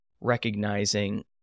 recognizing